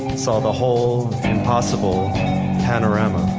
saw the whole impossible panorama.